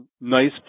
nice